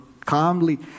calmly